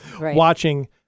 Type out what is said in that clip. watching